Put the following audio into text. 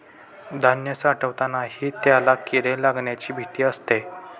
धान्य साठवतानाही त्याला किडे लागण्याची भीती असते